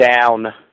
down